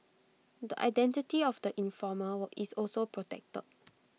the identity of the informer is also protected